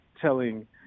telling